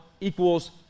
equals